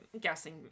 guessing